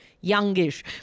youngish